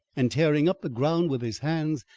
and, tearing up the ground with his hands,